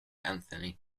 anthony